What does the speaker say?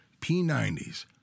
P90s